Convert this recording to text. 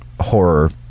horror